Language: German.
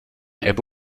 ebbe